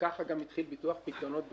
וככה גם התחיל ביטוח פיקדונות בעולם,